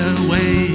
away